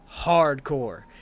hardcore